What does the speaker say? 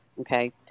okay